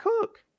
cook